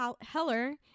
Heller